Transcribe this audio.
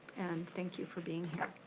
and thank you for being